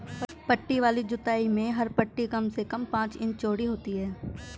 पट्टी वाली जुताई में हर पट्टी कम से कम पांच इंच चौड़ी होती है